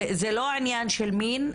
זה לא עניין של מין.